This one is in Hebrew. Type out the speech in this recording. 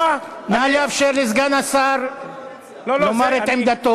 נא לאפשר לסגן השר לומר את עמדתו.